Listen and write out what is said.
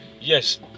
yes